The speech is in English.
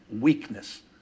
weakness